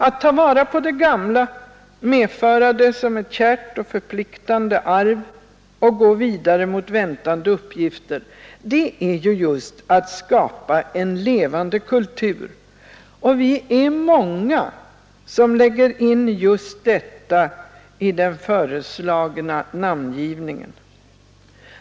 Att ta vara på det gamla, medföra det som ett kärt och förpliktande arv och gå vidare mot väntande uppgifter är ju just att skapa en levande kultur, och vi är många som lägger in just detta i den föreslagna namngivningen.